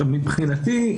מבחינתי,